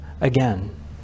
again